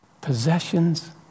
possessions